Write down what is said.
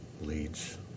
leads